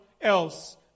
else